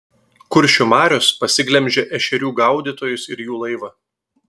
kuršių marios pasiglemžė ešerių gaudytojus ir jų laivą